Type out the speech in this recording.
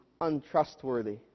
untrustworthy